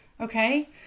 Okay